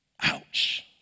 Ouch